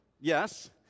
Yes